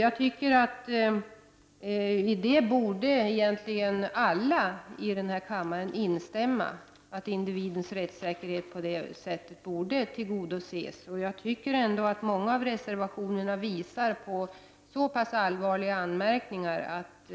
Egentligen borde alla i denna kammare instämma i att individens rättssäkerhet borde tillgodoses. Många av reservationerna visar på så pass allvarliga anmärkningar, att